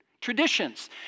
traditions